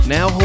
Now